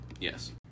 yes